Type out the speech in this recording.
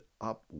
up